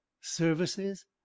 Services